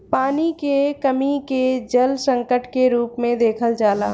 पानी के कमी के जल संकट के रूप में देखल जाला